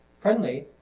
friendly